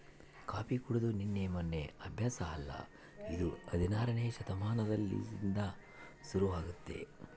coffee ಕುಡೆದು ನಿನ್ನೆ ಮೆನ್ನೆ ಅಭ್ಯಾಸ ಅಲ್ಲ ಇದು ಹದಿನಾರನೇ ಶತಮಾನಲಿಸಿಂದ ಶುರುವಾಗೆತೆ